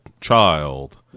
child